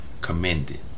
commended